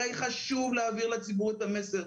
הרי חשוב להעביר לציבור את המסר,